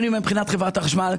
מבחינת חברת החשמל,